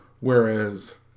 whereas